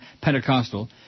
Pentecostal